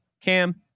Cam